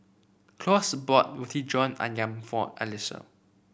Claus bought Roti John ayam for Allyssa